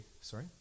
sorry